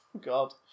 God